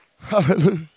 hallelujah